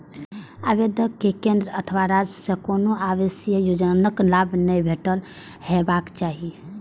आवेदक कें केंद्र अथवा राज्य सं कोनो आवासीय योजनाक लाभ नहि भेटल हेबाक चाही